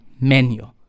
menu